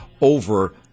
over